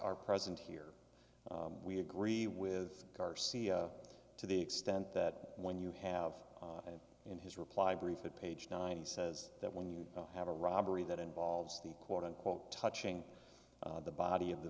are present here we agree with garcia to the extent that when you have in his reply brief it page ninety says that when you have a robbery that involves the quote unquote touching the body of the